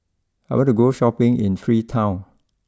I want to go Shopping in Freetown